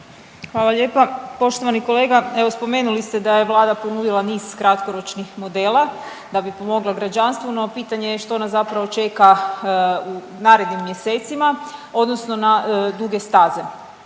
Hvala lijepa poštovani kolega. Evo, spomenuli ste da je Vlada ponudila niz kratkoročnih modela da bi pomogla građanstvu, no pitanje je što nas zapravo čeka u narednim mjesecima, odnosno na duge staze.